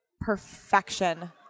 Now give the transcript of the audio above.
Perfection